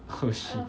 oh shit